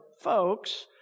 folks